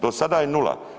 Do sada je nula.